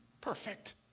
perfect